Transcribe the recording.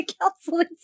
counseling